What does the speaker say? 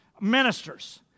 ministers